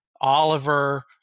Oliver